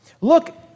Look